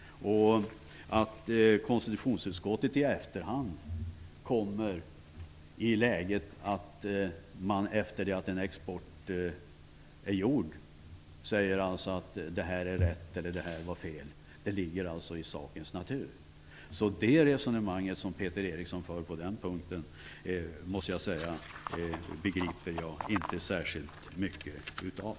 Det ligger i sakens natur att konstitutionsutskottet i efterhand, efter det att en export är genomförd, säger att det var rätt eller att det var fel ligger. Det resonemang som Peter Eriksson för på den punkten måste jag säga att jag inte begriper särskilt mycket av.